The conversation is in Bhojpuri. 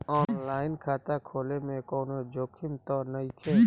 आन लाइन खाता खोले में कौनो जोखिम त नइखे?